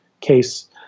case